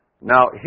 Now